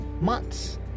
months